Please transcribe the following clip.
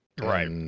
Right